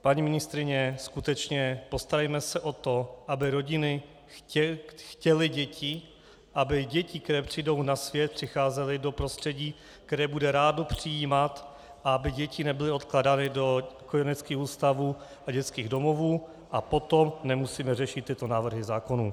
Paní ministryně, skutečně, postarejme se o to, aby rodiny chtěly děti, aby děti, které přijdou na svět, přicházely do prostředí, které je bude rádo přijímat, a aby děti nebyly odkládány do kojeneckých ústavů a dětských domovů, a potom nemusíme řešit tyto návrhy zákonů.